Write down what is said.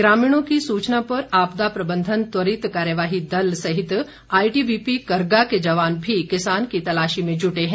ग्रामीणों की सूचना पर आपदा प्रबंधन त्वरित कार्यवाही दल सहित आईटीबी पी करगा के जवान भी किसान की तलाशी में जुटे हैं